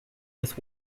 with